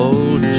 Old